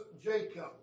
Jacob